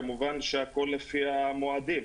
כמובן שהכל לפי המועדים.